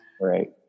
Right